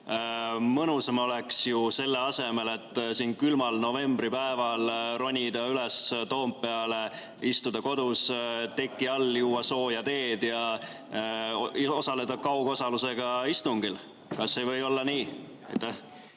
mõnusam oleks ju selle asemel, et külmal novembripäeval ronida üles Toompeale, istuda kodus teki all, juua sooja teed ja osaleda kaugosalusega istungil. Kas ei või olla nii?